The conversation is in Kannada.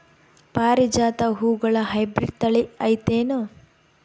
ಪಾರಿಜಾತ ಹೂವುಗಳ ಹೈಬ್ರಿಡ್ ಥಳಿ ಐತೇನು?